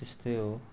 त्यस्तै हो